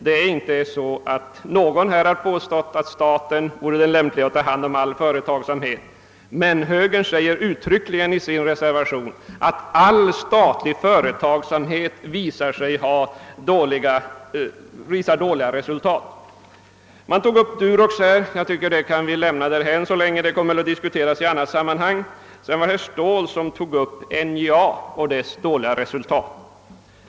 Det förhåller sig inte så, att någon har påstått, att staten skulle vara mest lämpad att ta hand om all företagsamhet, men högern säger i sin reservation, att all statlig företagsamhet visar dåliga resultat. Man tog här upp Durox, men jag tycker att vi kan lämna detta ämne därhän, eftersom det kommer att diskuteras i annat sammanhang. Herr Ståhl tog sedan upp NJA och dess dåliga resultat.